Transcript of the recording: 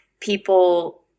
people